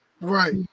Right